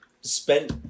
spent